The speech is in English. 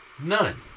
None